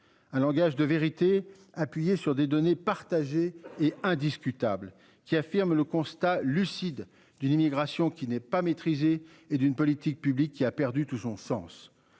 un langage de vérité, appuyé sur des données partagées et indiscutable qui affirme le constat lucide d'une immigration qui n'est pas maîtrisé et d'une politique publique qui a perdu tout son sens.